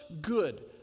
Good